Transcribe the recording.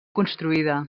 construïda